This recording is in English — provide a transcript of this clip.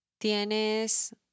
¿Tienes